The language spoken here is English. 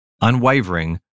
Unwavering